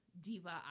Diva